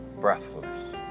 breathless